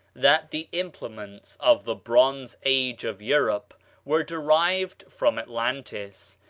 that the implements of the bronze age of europe were derived from atlantis.